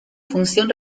función